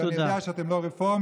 שאני יודע שאתם לא רפורמים,